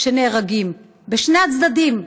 שנהרגים בשני הצדדים,